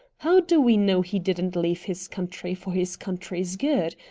how do we know he didn't leave his country for his country's good?